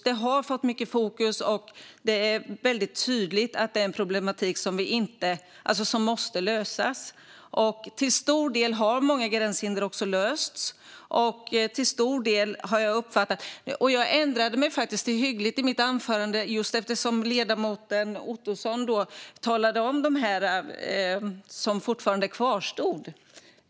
Det är tydligt att det är en problematik som måste lösas. Många gränshinderproblem har också till stor del lösts. Jag ändrade faktiskt till "hyggligt" i mitt anförande just eftersom ledamoten Ottosson berättade om de problem som kvarstår.